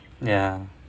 ya